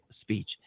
speech